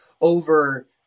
over